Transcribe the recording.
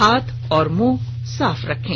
हाथ और मुंह साफ रखें